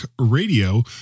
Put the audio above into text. radio